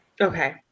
Okay